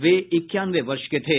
वे इक्यानवे वर्ष के थे